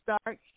start